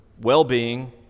well-being